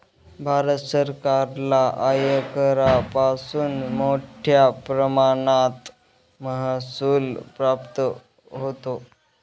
भारत सरकारला आयकरापासून मोठया प्रमाणात महसूल प्राप्त होतो